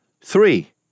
Three